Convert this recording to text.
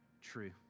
true